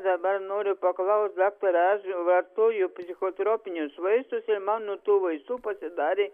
dabar noriu paklaust daktare aš vartoju psichotropinius vaistus ir man nuo tų vaistų pasidarė